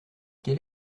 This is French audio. quel